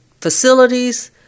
facilities